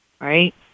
right